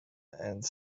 and